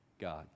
God